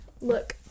look